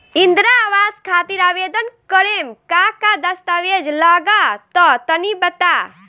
इंद्रा आवास खातिर आवेदन करेम का का दास्तावेज लगा तऽ तनि बता?